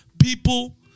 people